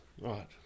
Right